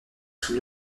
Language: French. sous